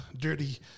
dirty